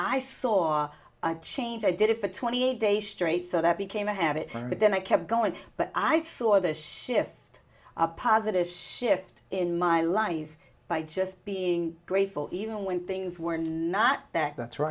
i saw change i did it for twenty eight days straight so that became a habit but then i kept going but i saw the shift a positive shift in my life by just being grateful even when things were not that